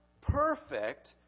perfect